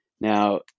Now